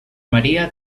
maria